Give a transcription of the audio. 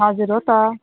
हजुर हो त